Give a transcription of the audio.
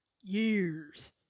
years